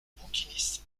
bouquiniste